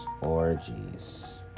orgies